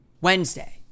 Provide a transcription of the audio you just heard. Wednesday